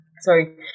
sorry